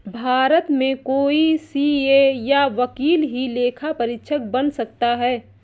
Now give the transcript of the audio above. भारत में कोई सीए या वकील ही लेखा परीक्षक बन सकता है